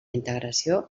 integració